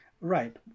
Right